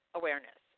awareness